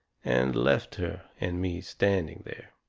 and left her and me standing there.